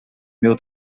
meu